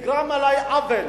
נגרם לי עוול,